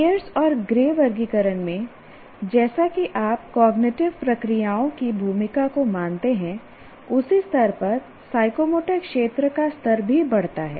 piers और Gray वर्गीकरण में जैसा कि आप कॉग्निटिव प्रक्रियाओं की भूमिका को मानते हैं उसी स्तर पर साइकोमोटर क्षेत्र का स्तर भी बढ़ता है